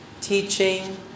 teaching